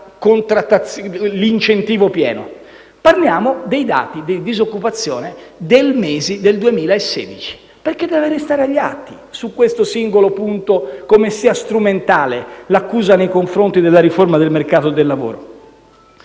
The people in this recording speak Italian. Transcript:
l'incentivo pieno: parliamo dei dati di disoccupazione del 2016, perché deve restare agli atti su questo singolo punto come sia strumentale l'accusa nei confronti della riforma del mercato del lavoro.